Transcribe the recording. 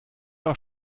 auch